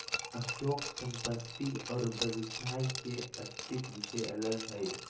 stock संपत्ति और व्यवसाय के अस्तित्व से अलग हइ